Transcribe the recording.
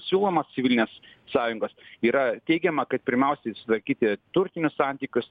siūlomas civilinės sąjungos yra teigiama kad pirmiausiai sutvarkyti turtinius santykius